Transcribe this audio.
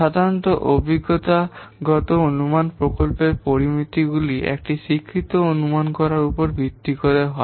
সাধারণত অভিজ্ঞতাগত অনুমান প্রকল্পের পরামিতিগুলি একটি শিক্ষিত অনুমান করার উপর ভিত্তি করে হয়